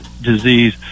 disease